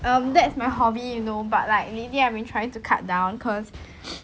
um that's my hobby you know but like lately I've been trying to cut down because